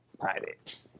private